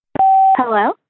Hello